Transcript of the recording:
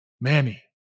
Manny